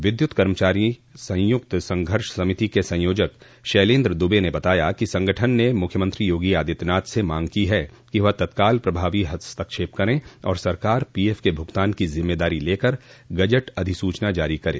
विद्युत कर्मचारी संयुक्त संघर्ष समिति के संयोजक शैलन्द्र दुबे ने बताया कि संगठन ने मुख्यमंत्री योगो आदित्यनाथ से मांग की है कि वह तत्काल प्रभावी हस्तक्षेप करें और सरकार पीएफ के भुगतान की जिम्मेदारी लेकर गजट अधिसूचना जारी करे